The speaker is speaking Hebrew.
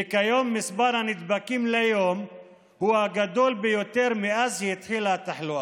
וכיום מספר הנדבקים ליום הוא הגדול ביותר מאז התחילה התחלואה.